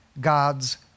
God's